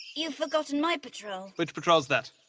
you've forgotten my patrol. which patrol's that?